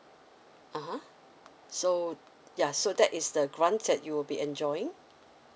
(uh huh) so ya so that is the grant that you'll be enjoying